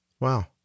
Wow